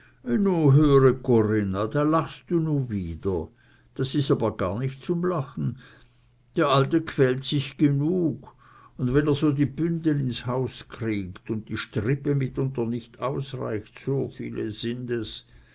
da lachst du nu wieder das ist aber gar nicht zum lachen der alte quält sich genug und wenn er so die bündel ins haus kriegt und die strippe mitunter nich ausreicht so viele sind es